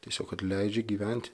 tiesiog kad leidžia gyventi